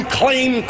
claim